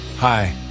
Hi